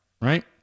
right